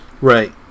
Right